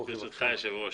ברשותך אדוני היושב ראש.